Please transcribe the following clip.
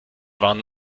waren